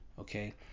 Okay